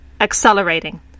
accelerating